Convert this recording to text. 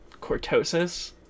cortosis